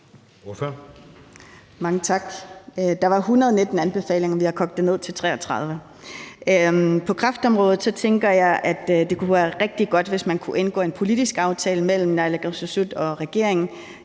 Mange tak. Der var 119 anbefalinger, og vi har kogt det ned til 33. På kræftområdet tænker jeg at det kunne være rigtig godt, hvis man kunne indgå en politisk aftale mellem naalakkersuisut og regeringen